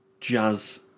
jazz